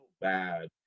bad